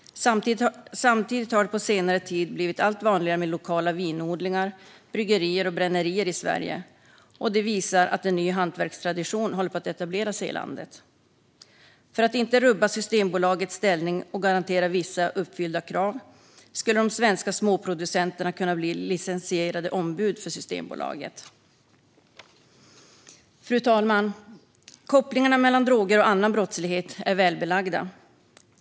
Samtidigt har det på senare tid blivit allt vanligare med lokala vinodlingar, bryggerier och brännerier i Sverige. Det visar att en ny hantverkstradition håller på att etablera sig i landet. För att inte rubba Systembolagets ställning och för att garantera vissa uppfyllda krav skulle de svenska småproducenterna kunna bli licensierade ombud för Systembolaget. Fru talman! Kopplingen mellan droger och annan brottslighet är välbelagd.